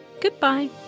goodbye